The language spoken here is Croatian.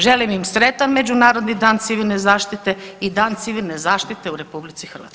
Želim im sretan Međunarodni dan civilne zaštite i Dan civilne zaštite u RH.